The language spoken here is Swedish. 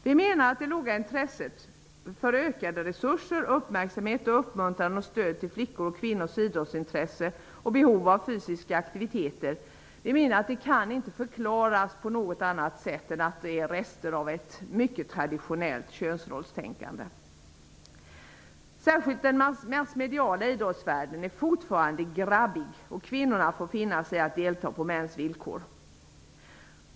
Vi menar att det låga intresset för ökade resurser -- och bristen på uppmärksamhet, uppmuntran och stöd -- till flickors och kvinnors idrottsintressen och behov av fysiska aktiviteter inte kan förklaras som annat än rester av ett mycket traditionellt könsrollstänkande. Särskilt den massmediala idrottsvärlden är fortfarande grabbig. Kvinnorna får finna sig i att delta på mäns villkor.